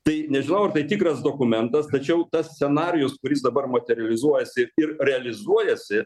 tai nežinau ar tai tikras dokumentas tačiau tas scenarijus kuris dabar materializuojasi ir realizuojasi